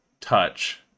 touch